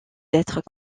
lettres